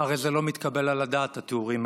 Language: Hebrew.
הרי זה לא מתקבל על הדעת, התיאורים האלה.